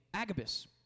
Agabus